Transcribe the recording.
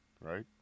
right